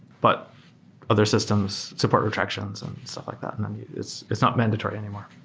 but other systems support retraction. so stuff like that, and it's it's not mandatory anymore